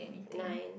nine